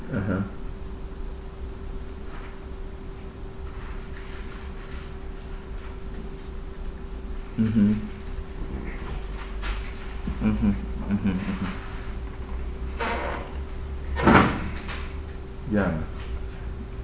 (uh huh) mmhmm mmhmm mmhmm mmhmm ya